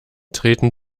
treten